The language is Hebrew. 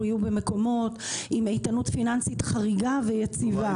יהיו במקומות עם איתנות פיננסית חריגה ויציבה.